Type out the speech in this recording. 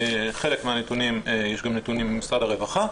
חלק מהנתונים יש גם נתונים ממשרד הרווחה,